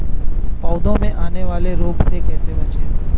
पौधों में आने वाले रोग से कैसे बचें?